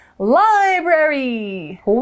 Library